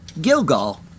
Gilgal